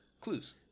clues